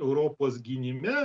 europos gynime